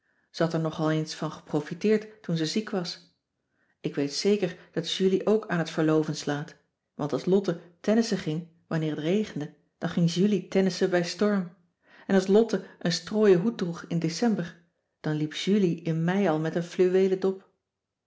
had er nog al eens van geprofiteerd toen ze ziek was ik weet zeker dat julie ook aan t verloven slaat want als lotte tennissen ging wanneer het regende dan ging julie tennissen bij storm en als lotte een strooien hoed droeg in december dan liep julie in mei al met een fluweelen dop